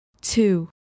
two